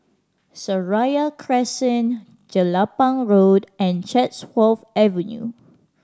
Seraya Crescent Jelapang Road and Chatsworth Avenue